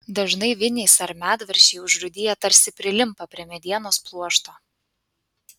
dažnai vinys ar medvaržčiai užrūdiję tarsi prilimpa prie medienos pluošto